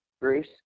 Bruce